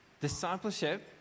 Discipleship